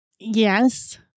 Yes